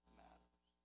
matters